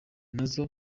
nazo